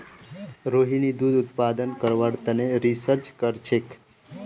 रोहिणी दूध उत्पादन बढ़व्वार तने रिसर्च करछेक